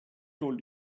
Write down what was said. told